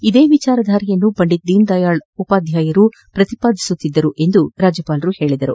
ಇದೇ ವಿಚಾರಧಾರೆಯನ್ನು ಪಂಡಿತ್ ದೀನ ದಯಾಳ್ ಉಪಾಧ್ಯಾಯರು ಪ್ರತಿಪಾದಿಸುತ್ತಿದ್ದರು ಎಂದು ಅವರು ಹೇಳಿದರು